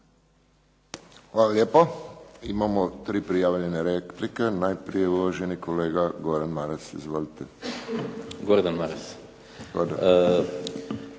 Hvala lijepo. Imamo tri prijavljene replike. Najprije uvaženi kolega Goran Maras. Izvolite. **Maras, Gordan